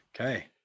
Okay